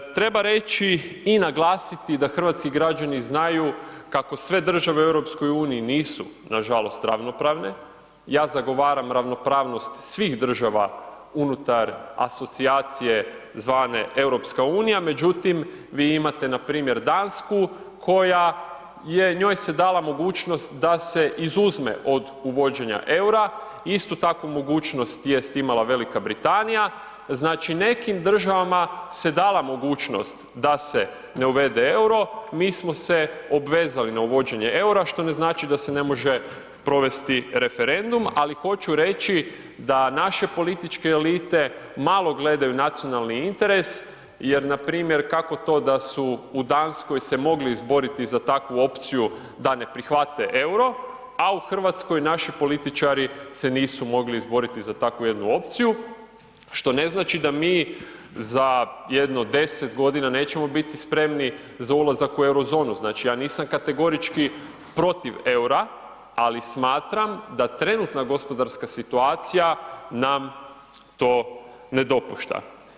Treba reći i naglasiti da hrvatski građani znaju kako sve države u EU-u nisu nažalost ravnopravne, ja zagovaram ravnopravnost svih država unutar asocijacije zvane EU međutim vi imate npr. Dansku koja je, njoj se dala mogućnost da se izuzme od uvođenja eura, istu takvu mogućnost jest imala Velika Britanija, znači nekim državama se dala mogućnost da se ne uvede euro, mi smo se obvezali na uvođenje eura što ne znači da se ne može provesti referendum ali hoću reći da naše političke elite malo gledaju nacionalni interes jer npr. to kako to da su u Danskoj se mogli izboriti za takvu opciju da ne prihvate euro a u Hrvatskoj naši političari se nisu mogli izboriti za takvu jednu opciju što ne znači da mi za jedno 10 g. nećemo biti spremni za ulazak u Euro zonu, znači ja nisam kategorički protiv eura ali smatram da trenutka gospodarska situacija nam to ne dopušta.